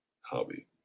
hobby